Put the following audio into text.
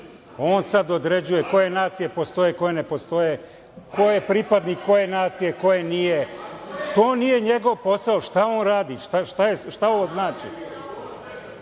On sada određuje koje nacije postoje, koje ne postoje, ko je pripadnik koje nacije, koje nije, to nije njegov posao. Šta on radi? Šta ovo znači?